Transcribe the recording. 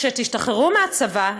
כשתשתחררו מהצבא,